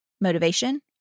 motivation